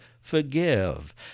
forgive